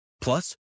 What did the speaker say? Plus